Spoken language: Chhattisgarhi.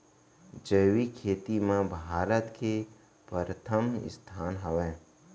जैविक खेती मा भारत के परथम स्थान हवे